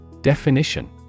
definition